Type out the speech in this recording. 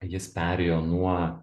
jis perėjo nuo